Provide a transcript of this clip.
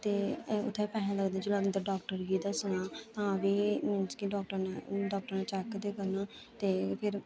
ते उत्थें पैहे लगदे जिसलै अंदर डाक्टर गी दस्सना तां बी डाक्टर ने डाक्टर ने चेक ते करना ते फिर